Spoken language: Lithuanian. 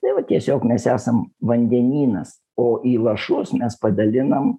tai va tiesiog mes esam vandenynas o į lašus mes padalinam